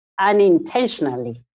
unintentionally